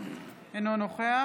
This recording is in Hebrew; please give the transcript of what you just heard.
אינו נוכח